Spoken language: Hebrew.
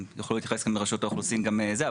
יוכלו להתייחס כאן ברשות האוכלוסין גם לזה,